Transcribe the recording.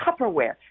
Tupperware